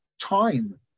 time